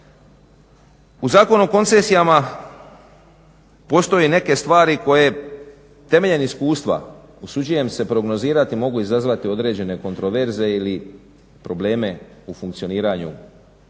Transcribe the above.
U Zakonu o koncesijama postoje neke stvari koje temeljem iskustva, usuđujem se prognozirati, mogu izazvati određene kontroverze ili probleme u funkcioniranju